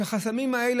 כשהחסמים האלה,